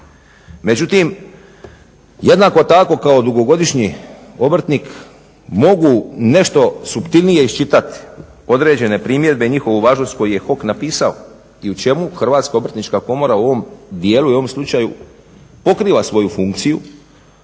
Međutim, jednako tako kao dugogodišnji obrtnik mogu nešto suptilnije iščitati određene primjedbe i njihovu važnost koju je HOK napisao i u čemu Hrvatska obrtnička komora u ovom dijelu i u ovom slučaju pokriva svoju funkciju